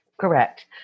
Correct